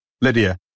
Lydia